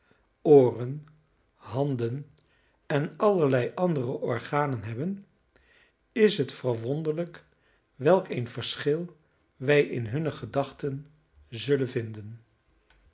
ooren handen en allerlei andere organen hebben is het verwonderlijk welk een verschil wij in hunne gedachten zullen vinden